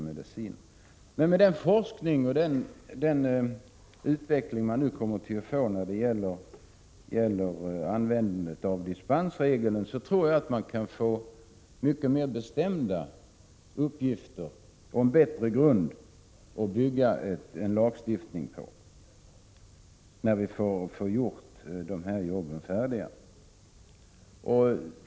Men genom den forskning som nu möjliggörs av den nya dispensregeln tror jag att man kan få — Prot. 1986/87:114 fram mycket mer bestämda fakta på det här området och därmed få en bättre — 30 april 1987 grund att bygga en lagstiftning på.